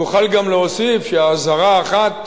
אוכל גם להוסיף שאזהרה אחת,